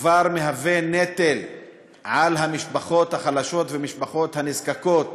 מהווה נטל על המשפחות החלשות והמשפחות הנזקקות,